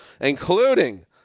including